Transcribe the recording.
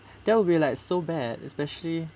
then will be like so bad especially